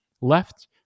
left